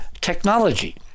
technology